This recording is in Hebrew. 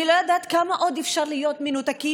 אני לא יודעת כמה עוד אפשר להיות מנותקים